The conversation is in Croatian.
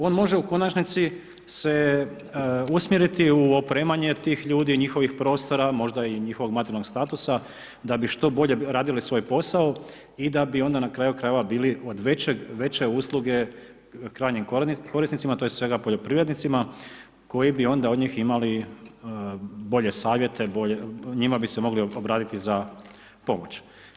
On može u konačnici se usmjeriti u opremanje tih ljudi, njihovih prostora, možda i njihovog materijalnog statusa, da bi što bolje radili svoj posao i da bi onda na kraju krajeva bili od većeg usluge krajnjim korisnicima, tj. poljoprivrednicima, koji bi onda od njih imali bolje savjete, njima bi se mogli obratiti za pomoć.